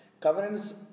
Covenants